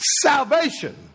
salvation